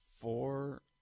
four